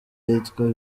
yitwa